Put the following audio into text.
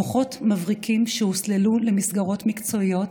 מוחות מבריקים שהוסללו למסגרות מקצועיות